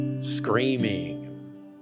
screaming